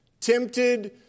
tempted